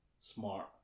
smart